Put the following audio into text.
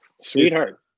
Sweetheart